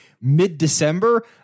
mid-December